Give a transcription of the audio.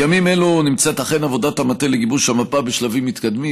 בימים אלו נמצאת עבודת המטה לגיבוש המפה בשלבים מתקדמים.